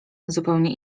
zupełnie